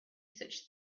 such